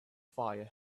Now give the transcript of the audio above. fire